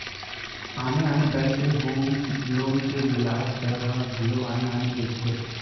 आने आने बेंक के होम लोन के बियाज दर ह घलो आने आने रहिथे